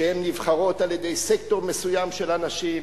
שנבחרות על-ידי סקטור מסוים של אנשים,